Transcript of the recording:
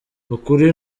ukuri